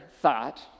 thought